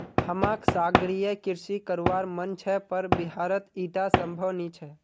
हमाक सागरीय कृषि करवार मन छ पर बिहारत ईटा संभव नी छ